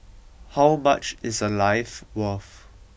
how much is a life worth